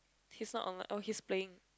he's not online oh he's playing